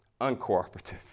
uncooperative